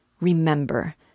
REMEMBER